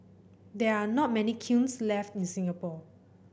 there are not many kilns left in Singapore